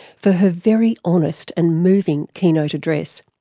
for her very honest and moving keynote address.